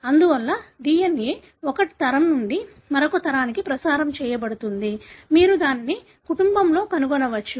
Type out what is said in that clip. అందువల్ల DNA ఒక తరం నుండి మరొక తరానికి ప్రసారం చేయబడుతుంది మీరు దానిని కుటుంబంలో కనుగొనవచ్చు